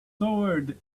sword